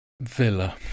Villa